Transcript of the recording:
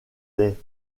des